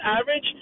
average